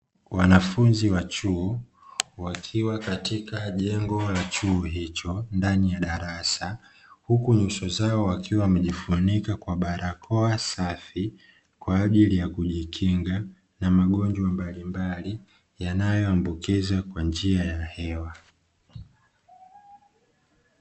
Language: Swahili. Wanafunzi wa chuo wakiwa katika jengo la chuo hicho ndani ya darasa, huku nyuso zao wakiwa wamejifunika kwa barakoa safi kwa ajili ya kujikinga na magonjwa mbalimbali yanayoambukiza kwa njia ya hewa.